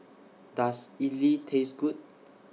Does Idly Taste Good